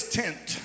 tent